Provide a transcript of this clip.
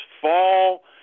fall